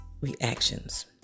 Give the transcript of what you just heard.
reactions